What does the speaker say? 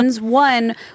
One